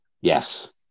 Yes